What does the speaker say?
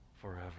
forever